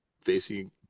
facing